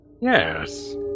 Yes